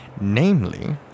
Namely